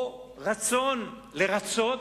או רצון לרצות